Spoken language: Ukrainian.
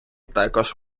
також